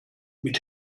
mit